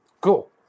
Cool